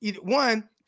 one